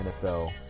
NFL